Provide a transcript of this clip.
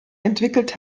entwickelt